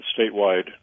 statewide